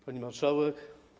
Pani Marszałek!